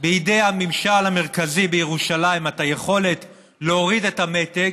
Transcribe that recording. בידי הממשל המרכזי בירושלים את היכולת להוריד את המתג,